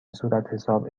صورتحساب